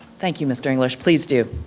thank you mr. english, please do.